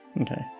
Okay